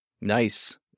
Nice